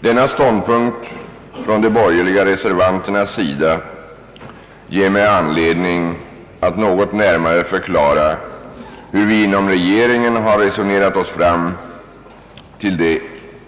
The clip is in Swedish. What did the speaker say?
Denna ståndpunkt ger mig anledning att här något närmare förklara hur vi inom regeringen har resonerat oss fram till det